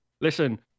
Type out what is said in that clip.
listen